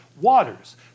waters